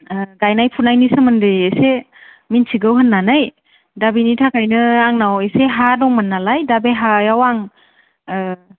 ओ गायनाय फुनायनि सोमोन्दै इसे मिथिगौ होननानै दा बेनिथाखायनो आंनाव इसे हा दंमोन नालाय दा बे हायाव आं ओ